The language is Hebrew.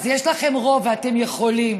אז יש לכם רוב ואתם יכולים.